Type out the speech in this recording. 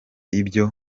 ibyo